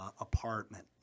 apartment